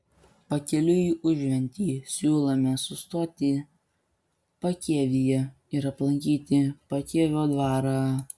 pakeliui į užventį siūlome sustoti pakėvyje ir aplankyti pakėvio dvarą